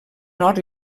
nord